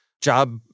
job